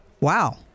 Wow